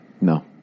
No